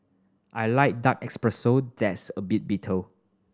I like dark espresso that's a bit bitter